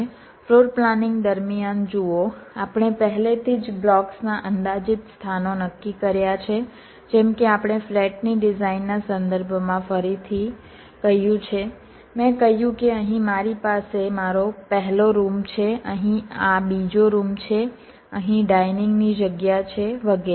floor planning દરમિયાન જુઓ આપણે પહેલાથી જ બ્લોક્સના અંદાજિત સ્થાનો નક્કી કર્યા છે જેમ કે આપણે ફ્લેટની ડિઝાઇનના સંદર્ભમાં ફરીથી કહ્યું છે મેં કહ્યું કે અહીં મારી પાસે મારો પહેલો રૂમ છે અહીં આ બીજો રૂમ છે અહીં ડાઇનિંગની જગ્યા છે વગેરે